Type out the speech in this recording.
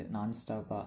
Non-stop